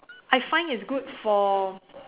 I find it's good for